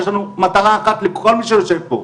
יש לנו מטרה אחת לכל מי שיושב פה.